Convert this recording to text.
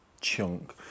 chunk